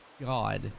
God